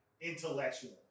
intellectual